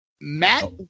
Matt